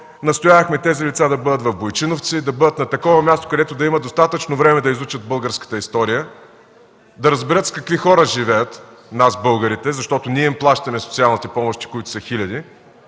настоявахме тези деца да бъдат в Бойчиновци, да бъдат на такова място, където да има достатъчно време да изучат българската история, да разберат с какви хора живеят – нас българите, защото ние им плащаме социалните помощи, които са хиляди.